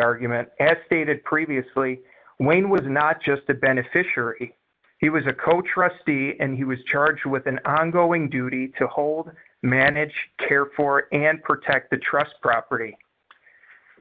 argument as stated previously wayne was not just a beneficiary he was a coach trustee and he was charged with an ongoing duty to hold manage care for and protect the trust property